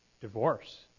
Divorce